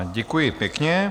Děkuji pěkně.